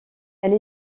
elle